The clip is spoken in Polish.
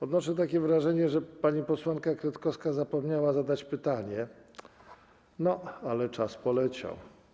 Odnoszę takie wrażenie, że pani posłanka Kretkowska zapomniała zadać pytanie, ale czas poleciał.